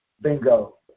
bingo